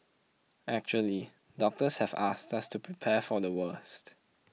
actually doctors have asked us to prepare for the worst